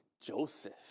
Joseph